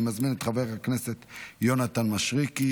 אני מזמין את חבר הכנסת יונתן מישרקי,